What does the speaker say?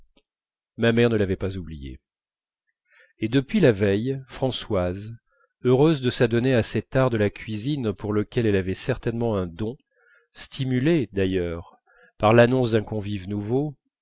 ma mère ne l'avait pas oublié et depuis la veille françoise heureuse de s'adonner à cet art de la cuisine pour lequel elle avait certainement un don stimulée d'ailleurs par l'annonce d'un convive nouveau